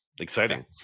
Exciting